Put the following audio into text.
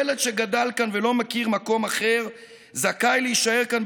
ילד שגדל כאן ולא מכיר מקום אחר זכאי להישאר כאן,